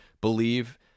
believe